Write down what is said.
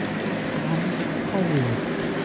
poor tom's a-cold.